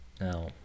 now